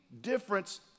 difference